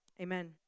Amen